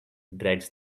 dreads